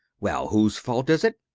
well, whose fault is it?